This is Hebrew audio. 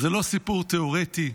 זה לא סיפור תיאורטי,